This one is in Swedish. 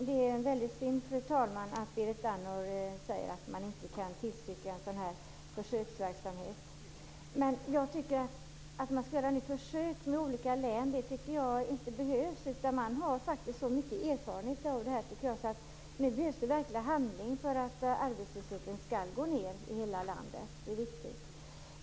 Fru talman! Det är väldigt synd att Berit Andnor säger att man inte kan tillstyrka en sådan här försöksverksamhet. Jag tycker inte att det behövs några nya försök med olika län. Jag tycker att man nu har så pass mycket erfarenhet att det som verkligen behövs är handling för att arbetslösheten skall gå ned i hela landet, vilket är viktigt.